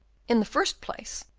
in the first place,